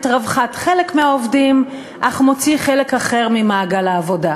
רווחת חלק מהעובדים אך מוציא חלק אחר ממעגל העבודה.